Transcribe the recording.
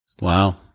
Wow